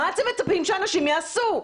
מה אתם מצפים שאנשים יעשו?